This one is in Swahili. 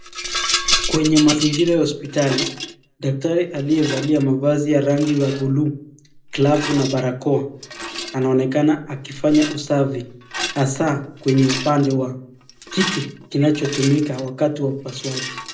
Kwenye mazingira ya hospitali, daktari anayeonekana amevalia mavazi ya rangi ya bluu, glavu na barakwa anaonekana akifanya usafi hasa kwenye pande wa kiti kinachotumika wakati wa upasuaji.